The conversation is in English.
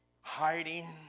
hiding